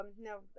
no